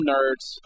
Nerds